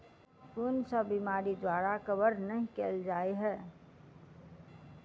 कुन सब बीमारि द्वारा कवर नहि केल जाय है?